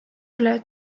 üle